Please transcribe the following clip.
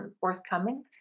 forthcoming